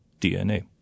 DNA